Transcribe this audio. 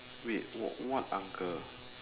wait what what uncle